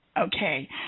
Okay